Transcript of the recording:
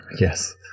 yes